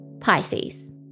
Pisces